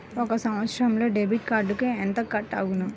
ఒక సంవత్సరంలో డెబిట్ కార్డుకు ఎంత కట్ అగును?